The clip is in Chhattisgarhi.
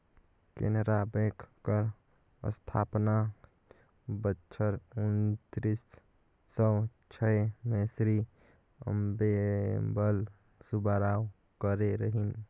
केनरा बेंक कर अस्थापना बछर उन्नीस सव छय में श्री अम्मेम्बल सुब्बाराव करे रहिन